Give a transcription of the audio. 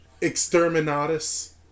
Exterminatus